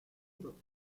book